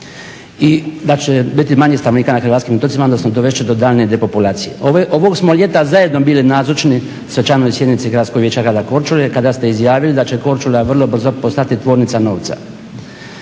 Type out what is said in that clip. i da će biti manje stanovnika na hrvatskim otocima, odnosno dovest će do daljnje depopulacije. Ovog smo ljeta zajedno bili nazočni svečanoj sjednici Gradskoj vijeća Grada Korčule kada ste izjavili da će Korčula vrlo brzo postati tvornica novca.